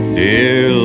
dear